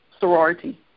sorority